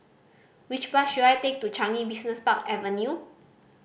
which bus should I take to Changi Business Park Avenue